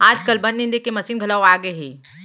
आजकाल बन निंदे के मसीन घलौ आगे हे